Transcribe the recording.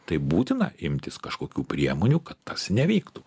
tai būtina imtis kažkokių priemonių kad tas nevyktų